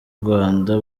rwanda